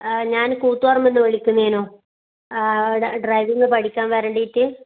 ആ ഞാൻ കൂത്തുപറമ്പ് നിന്ന് വിളിക്കുന്നേനു ആ ഡ്രൈവിങ് പഠിക്കാൻ വരാണ്ടീട്ട്